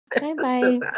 Bye-bye